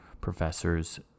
professor's